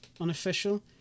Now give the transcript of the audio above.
unofficial